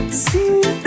see